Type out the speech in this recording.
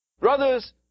Brothers